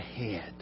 ahead